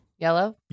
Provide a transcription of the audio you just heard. Yellow